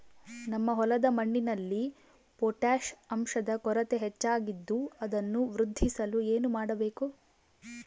ನಮ್ಮ ಹೊಲದ ಮಣ್ಣಿನಲ್ಲಿ ಪೊಟ್ಯಾಷ್ ಅಂಶದ ಕೊರತೆ ಹೆಚ್ಚಾಗಿದ್ದು ಅದನ್ನು ವೃದ್ಧಿಸಲು ಏನು ಮಾಡಬೇಕು?